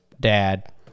dad